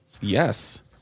Yes